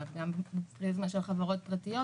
אלא גם פריזמה של חברות פרטיות,